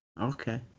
Okay